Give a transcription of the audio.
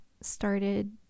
started